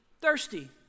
thirsty